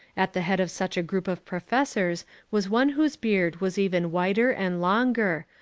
at the head of such a group of professors was one whose beard was even whiter and longer,